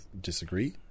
disagree